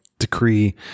decree